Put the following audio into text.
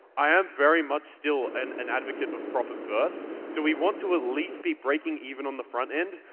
i am very much still an an advocate of profit first. so we want to at least be breaking even on the front end,